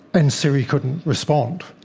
and siri couldn't respond,